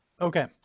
Okay